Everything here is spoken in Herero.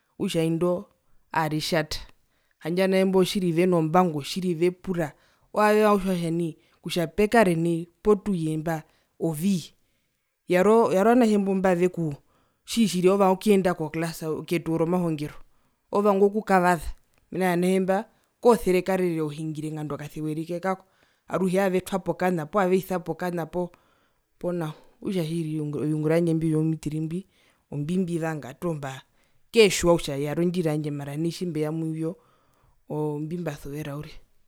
Okutja indo aaritjata handje ovanatje oveni veno mbango tjiri vepura owo aavevanga okutjiwa kutja nai kutja pekare nai poo tuye mba ovii yari oo yari ovanatje mbavekuu tjiri tjiri oovanga okuyenda koklasa ketuwo romahongero, oovanga okukavaza mena rokutja ovanatje mba kooserekarere nganda ohungire nganda okasewa erike kako aruhe aavetwapo kana poo aaveisapo kana poo po nao okutja tjiri oviungura vyandje imbi vyoumitiri mbi ombimbivanga toho mbaa keetjiwa kutja yari ondjira yandje mara nai tjimbeya muvyo ombimbasuvera uriri.